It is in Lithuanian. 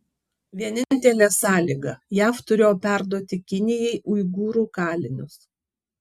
vienintelė sąlyga jav turėjo perduoti kinijai uigūrų kalinius